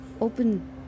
open